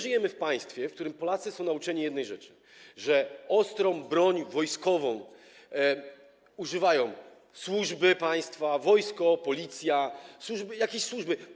Żyjemy w państwie, w którym Polacy są nauczeni jednej rzeczy, że ostrej broni wojskowej używają służby państwa - wojsko, Policja, jakieś służby.